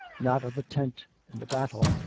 not of the tent and the battle.